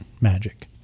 magic